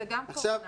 יואב,